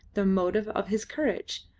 the motive of his courage,